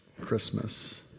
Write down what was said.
Christmas